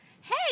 Hey